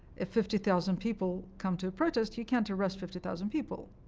if fifty thousand people come to a protest, you can't arrest fifty thousand people.